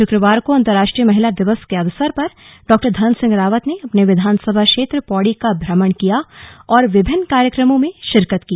शुक्रवार को अंतरराष्ट्रीय महिला दिवस के अवसर पर डॉ धन सिंह रावत ने अपने विधानसभा क्षेत्र पौड़ी का भ्रमण किया और विभिन्न कार्यक्रमों में शिरकत की